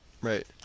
Right